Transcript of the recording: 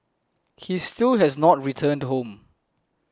he still has not returned home